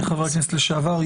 חבר הכנסת לשעבר,